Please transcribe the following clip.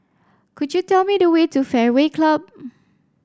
could you tell me the way to Fairway Club